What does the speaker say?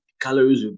calories